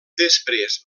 després